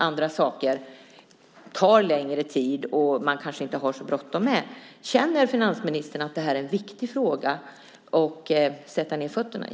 Andra saker tar längre tid, och man har kanske inte så bråttom med dem. Känner alltså finansministern att det här är en viktig fråga att så att säga sätta ned foten i?